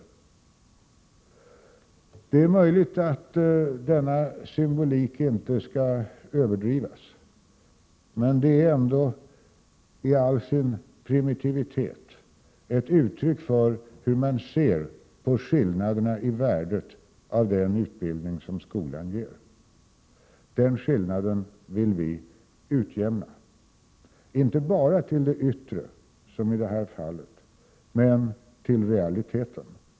Det är möjligt att denna symbolik inte skall överdrivas, men den är ändå i all sin primitivitet ett uttryck för hur man ser på skillnaderna i värdet av den utbildning som skolan ger. Denna skillnad vill vi utjämna, inte bara till det yttre, som i det här fallet, utan också i realiteten.